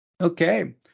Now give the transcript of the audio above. Okay